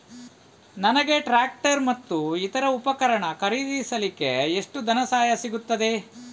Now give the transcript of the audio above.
ನನಗೆ ಟ್ರ್ಯಾಕ್ಟರ್ ಮತ್ತು ಇತರ ಉಪಕರಣ ಖರೀದಿಸಲಿಕ್ಕೆ ಎಷ್ಟು ಧನಸಹಾಯ ಸಿಗುತ್ತದೆ?